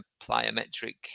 plyometric